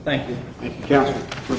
thank you for